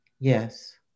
Yes